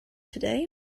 today